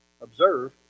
observe